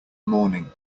morning